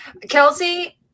kelsey